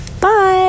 Bye